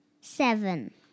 Seven